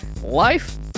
life